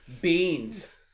beans